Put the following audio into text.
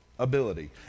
ability